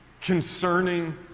concerning